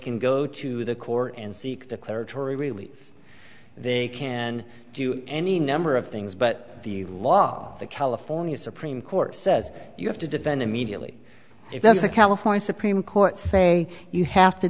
can go to the court and seek declaratory relief they can do any number of things but the law the california supreme court says you have to defend immediately if the california supreme court say you have to